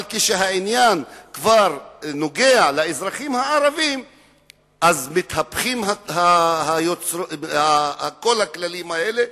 אבל כשהעניין נוגע לאזרחים הערבים מתהפכים כל הכללים האלה,